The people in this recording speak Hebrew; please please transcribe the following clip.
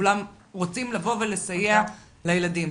וכולם רוצים לסייע לילדים.